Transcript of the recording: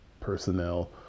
personnel